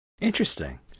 Interesting